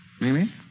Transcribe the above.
Mimi